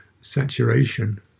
saturation